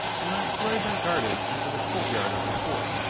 from that fragrant garden into the courtyard of the fort.